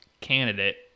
candidate